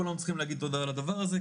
כל היום צריכים להגיד תודה על הדבר הזה,